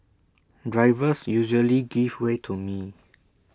drivers usually give way to me